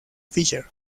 fisher